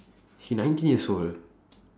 he nineteen years old